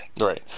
Right